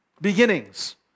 beginnings